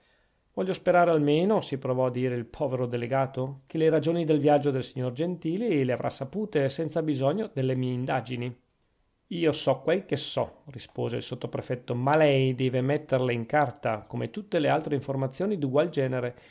voglio sperare almeno si provò a dire il povero delegato che le ragioni del viaggio del signor gentili le avrà sapute senza bisogno delle mie indagini io so quel che so rispose il sottoprefetto ma lei deve metterle in carta come tutte le altre informazioni d'ugual genere